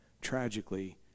tragically